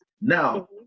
Now